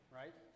right